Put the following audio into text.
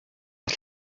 all